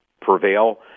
prevail